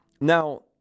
Now